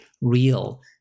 real